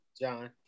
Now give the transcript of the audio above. John